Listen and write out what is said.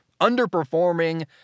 underperforming